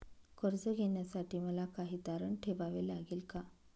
कर्ज घेण्यासाठी मला काही तारण ठेवावे लागेल का?